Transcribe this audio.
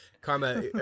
Karma